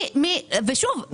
ושוב,